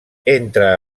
entre